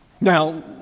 Now